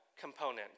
component